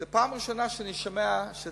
זו פעם ראשונה שאני שומע שצריך